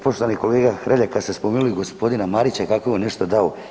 Poštovani kolega Hrelja, kad ste spomenuli gospodina Marića kako je on nešto dao.